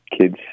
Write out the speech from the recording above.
kids